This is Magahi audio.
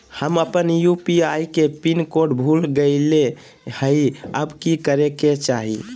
हम अपन यू.पी.आई के पिन कोड भूल गेलिये हई, अब की करे के चाही?